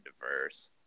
diverse